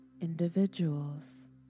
individuals